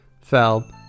fell